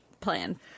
plan